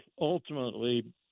ultimately